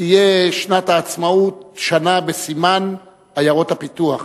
תהיה שנת העצמאות, שנה בסימן עיירות הפיתוח.